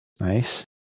Nice